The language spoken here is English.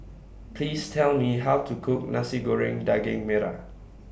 Please Tell Me How to Cook Nasi Goreng Daging Merah